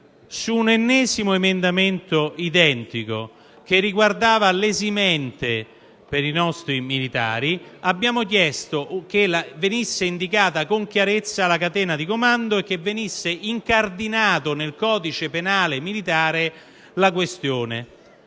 su un ennesimo emendamento identico, che riguardava l'esimente per i nostri militari, abbiamo chiesto che venisse indicata con chiarezza la catena di comando e venisse incardinata la questione nel codice penale militare. Il motivo